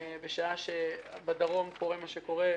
בשעה שבדרום קורה מה שקורה.